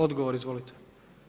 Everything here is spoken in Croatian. Odgovor izvolite.